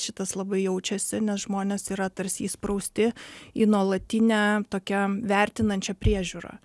šitas labai jaučiasi nes žmonės yra tarsi įsprausti į nuolatinę tokią vertinančią priežiūrą